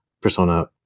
persona